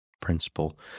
principle